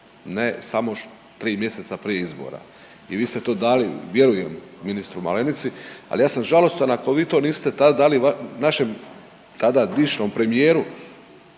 ne samo 3 mjeseca prije izbora. I vi ste to dali, vjerujem ministru Malenici, ali ja sam žalostan ako vi to niste tad dali našem, tada vičnom premijeru